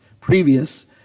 previous